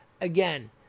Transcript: again